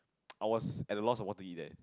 I was at the lost of what to eat there